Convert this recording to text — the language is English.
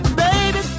baby